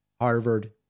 Harvard